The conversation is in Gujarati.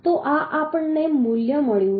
તો આ આપણને મૂલ્ય મળ્યું છે